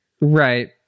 Right